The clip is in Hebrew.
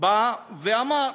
בא ואמר,